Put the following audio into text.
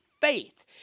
faith